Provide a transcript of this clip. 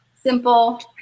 simple